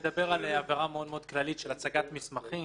מדבר על עבירה מאוד מאוד כללית של הצגת מסמכים,